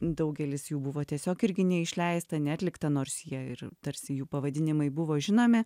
daugelis jų buvo tiesiog irgi neišleista neatlikta nors jie ir tarsi jų pavadinimai buvo žinomi